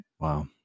Wow